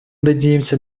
надеемся